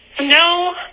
no